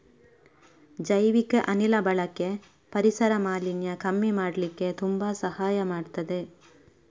ಜೈವಿಕ ಅನಿಲ ಬಳಕೆ ಪರಿಸರ ಮಾಲಿನ್ಯ ಕಮ್ಮಿ ಮಾಡ್ಲಿಕ್ಕೆ ತುಂಬಾ ಸಹಾಯ ಮಾಡ್ತದೆ